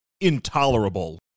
intolerable